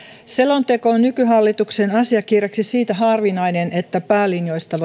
selonteko on nykyhallituksen asiakirjaksi siitä harvinainen että päälinjoista